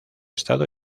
estado